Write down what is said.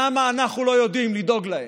למה אנחנו לא יודעים לדאוג להן?